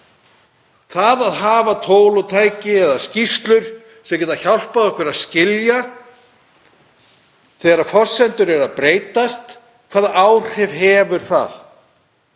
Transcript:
Það að hafa tól og tæki eða skýrslur sem geta hjálpað okkur að skilja þegar forsendur eru að breytast, hvaða áhrif hefur það?